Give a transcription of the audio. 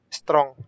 strong